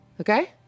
Okay